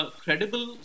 credible